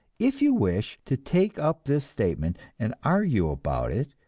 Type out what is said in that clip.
if you wish to take up this statement and argue about it,